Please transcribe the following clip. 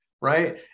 right